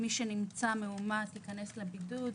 מי שנמצא מאומת, ייכנס לבידוד.